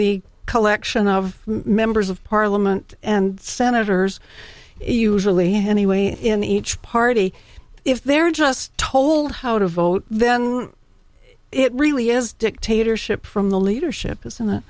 the collection of members of parliament and senators usually heavyweight in each party if they're just told how to vote then it really is dictatorship from the leadership isn't